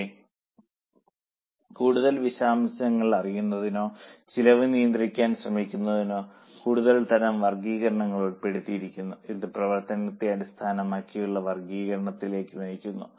പക്ഷേ കൂടുതൽ വിശദാംശങ്ങൾ അറിയുന്നതിനോ ചെലവ് നിയന്ത്രിക്കാൻ ശ്രമിക്കുന്നതിനോ കൂടുതൽ തരം വർഗ്ഗീകരണങ്ങളും ഉൾപ്പെട്ടിരുന്നു ഇത് പ്രവർത്തനത്തെ അടിസ്ഥാനമാക്കിയുള്ള വർഗീകരണത്തിലേക്ക് നയിക്കുന്നു